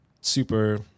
super